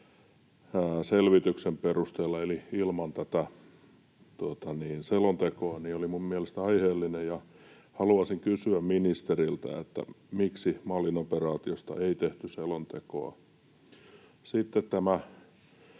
selvityksen perusteella eli ilman selontekoa oli minun mielestäni aiheellinen, ja haluaisin kysyä ministeriltä, miksi Malin operaatiosta ei tehty selontekoa.